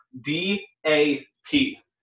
D-A-P